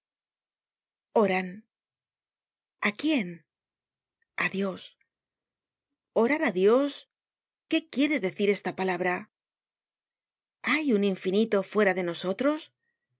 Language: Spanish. oran a quién a dios orar i dios quéquiere decir esta palabra hay uo infinito fuera de nosotros